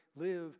Live